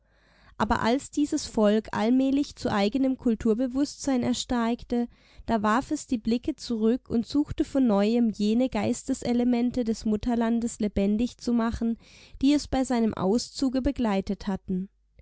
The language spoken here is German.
aber als dieses volk allmählich zu eigenem kulturbewußtsein erstarkte da warf es die blicke zurück und suchte von neuem jene geisteselemente des mutterlandes lebendig zu machen die es bei seinem auszuge begleitet hatten